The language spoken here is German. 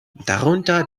darunter